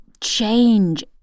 change